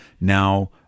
now